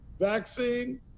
vaccine